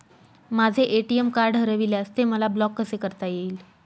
माझे ATM card हरविल्यास ते मला ब्लॉक कसे करता येईल?